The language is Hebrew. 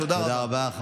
תודה רבה.